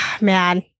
Man